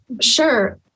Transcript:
sure